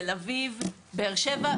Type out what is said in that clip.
תל אביב ובאר שבע,